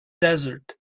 desert